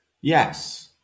Yes